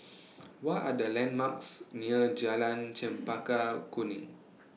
What Are The landmarks near Jalan Chempaka Kuning